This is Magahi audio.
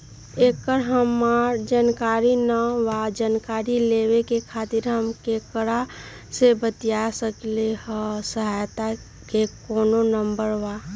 एकर हमरा जानकारी न बा जानकारी लेवे के खातिर हम केकरा से बातिया सकली ह सहायता के कोनो नंबर बा?